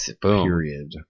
Period